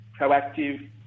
proactive